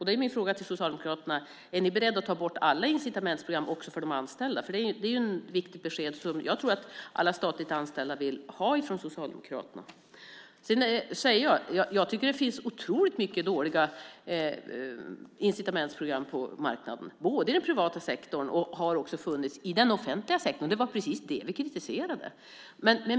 Då är min fråga till Socialdemokraterna: Är ni beredda att ta bort alla incitamentsprogram också för de anställda? Det är ett viktigt besked som jag tror att alla statligt anställda vill ha från Socialdemokraterna. Jag tycker att det finns otroligt mycket dåliga incitamentsprogram på marknaden, i den privata sektorn och har också funnits i den offentliga sektorn. Det var precis det vi kritiserade.